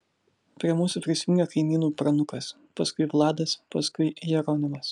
prie mūsų prisijungė kaimynų pranukas paskui vladas paskui jeronimas